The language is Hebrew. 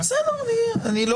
אני לא